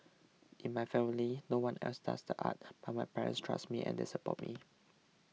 in my family no one else does the arts but my parents trust me and they support me